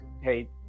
hey